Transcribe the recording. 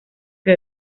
que